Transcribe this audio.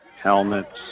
helmets